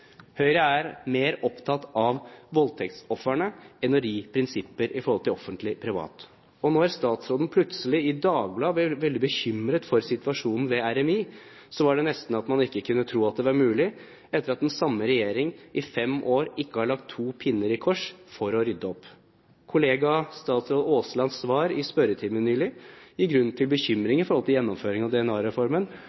Høyre er mer opptatt av voldtektsofrene enn av å ri prinsipper i forholdet offentlig/privat. Da statsråden plutselig i Dagbladet ble veldig bekymret for situasjonen ved RMI, var det nesten så man ikke kunne tro at det var mulig, etter at den samme regjering i fem år ikke har lagt to pinner i kors for å rydde opp. Kollega statsråd Aaslands svar i spørretimen nylig gir grunn til